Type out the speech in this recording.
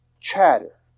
chatter